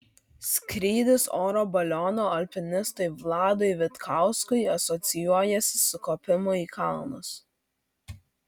skrydis oro balionu alpinistui vladui vitkauskui asocijuojasi su kopimu į kalnus